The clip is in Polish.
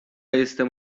jestem